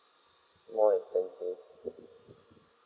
more expensive